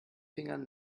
fingern